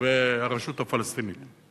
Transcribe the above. והרשות הפלסטינית?